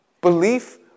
Belief